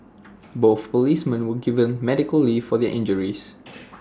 both policemen were given medical leave for their injuries